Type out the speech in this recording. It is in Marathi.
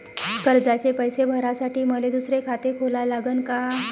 कर्जाचे पैसे भरासाठी मले दुसरे खाते खोला लागन का?